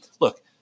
Look